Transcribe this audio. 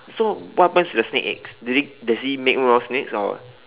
so what happens to the snake eggs did it does it make more snakes or what